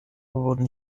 wurden